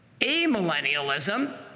Amillennialism